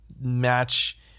match